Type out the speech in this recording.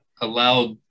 allowed